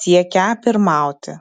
siekią pirmauti